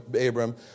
Abram